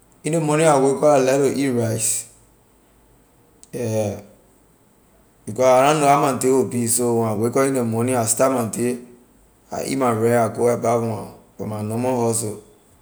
In ley morning when I wake up I like to eat rice yeah because I na know how my day will be so when I wake up in ley morning I start my day I eat my rice I go a part from from my normal hustle.